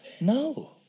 no